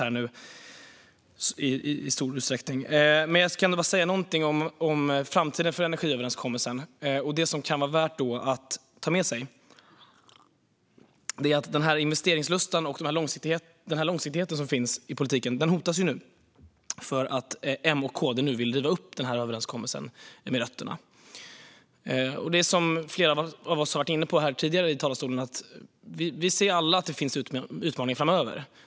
Jag ska bara säga någonting om framtiden för energiöverenskommelsen. Det som kan vara värt att ta med sig är att investeringslusten och långsiktigheten i politiken nu hotas därför att M och KD vill riva upp överenskommelsen med rötterna. Som flera av oss varit inne på här tidigare ser vi alla att det finns utmaningar framöver.